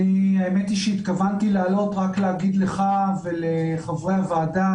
אני האמת היא שהתכוונתי לעלות רק להגיד לך ולחברי הועדה